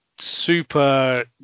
super